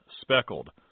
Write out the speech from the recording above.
speckled